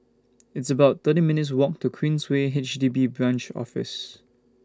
It's about thirty minutes' Walk to Queensway H D B Branch Office